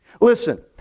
Listen